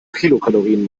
kilokalorien